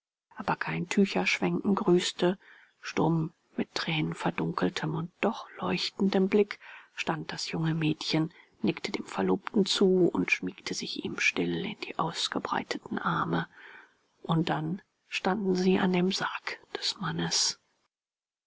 aber kein tücherschwenken grüßte stumm mit tränenverdunkeltem und doch leuchtendem blick stand das junge mädchen nickte dem verlobten zu und schmiegte sich ihm still in die ausgebreiteten arme und dann standen sie an dem sarg des mannes